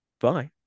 Bye